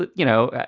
but you know,